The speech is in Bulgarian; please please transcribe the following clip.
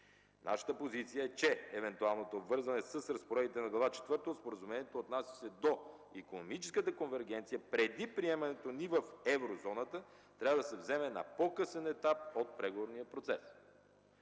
Нашата позиция е, че евентуално обвързване с разпоредбите на Глава четвърта от Споразумението, отнасящи се до икономическата конвергенция преди приемането ни в Еврозоната, трябва да се вземе на по-късен етап от преговорния процес.